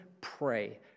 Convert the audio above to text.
pray